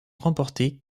remportée